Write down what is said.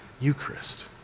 Eucharist